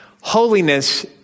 Holiness